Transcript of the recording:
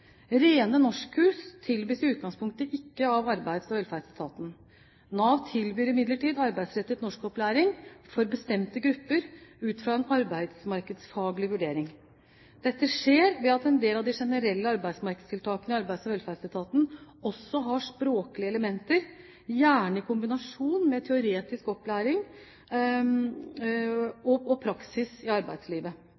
Rene norskkurs tilbys i utgangspunktet ikke av Arbeids- og velferdsetaten. Nav tilbyr imidlertid arbeidsrettet norskopplæring for bestemte grupper, ut fra en arbeidsmarkedsfaglig vurdering. Dette skjer ved at en del av de generelle arbeidsmarkedstiltakene i Arbeids- og velferdsetaten også har språklige elementer, gjerne i kombinasjon med teoretisk opplæring